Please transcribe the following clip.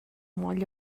moll